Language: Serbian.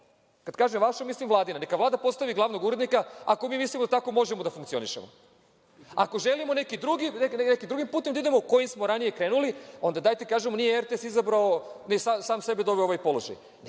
Kada kažem vaša, mislim Vladina. Neka Vlada postavi glavnog urednika ako mislimo da tako možemo da funkcionišemo. Ako želimo nekim drugim putem da idemo, kojim smo ranije krenuli, onda dajte da kažemo nije RTS sam sebe doveo u ovaj položaj,